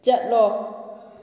ꯆꯠꯂꯣ